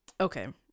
Okay